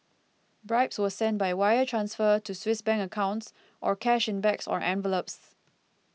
bribes were sent by wire transfer to Swiss Bank accounts or cash in bags or envelopes